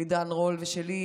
של עידן רול ושלי,